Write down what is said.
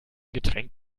getränk